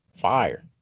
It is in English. Fire